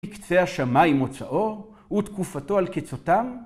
‫מקצה השמיים מוצאאו ‫ותקופתו על קצותם.